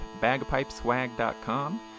bagpipeswag.com